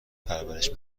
پرورش